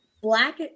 black